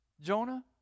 Jonah